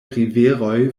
riveroj